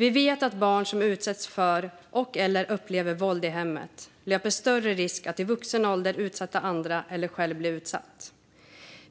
Vi vet att barn som utsätts för eller upplever våld i hemmet löper större risk att i vuxen ålder utsätta andra för våld eller själva bli utsatta.